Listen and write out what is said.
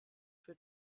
für